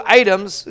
items